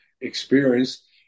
experience